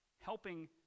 helping